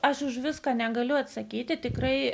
aš už viską negaliu atsakyti tikrai